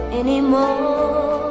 anymore